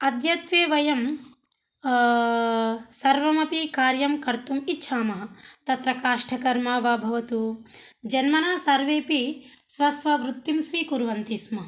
अद्यत्वे वयं सर्वमपि कार्यं कर्तुम् इच्छामः तत्र काष्टकर्म वा भवतु जन्मना सर्वेपि स्वस्ववृत्तिं स्वीकुर्वन्ति स्म